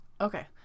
Okay